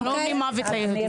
אנחנו לא קוראים מוות ליהודים.